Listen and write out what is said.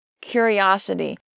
curiosity